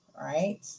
right